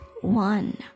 one